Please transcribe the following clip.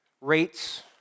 rates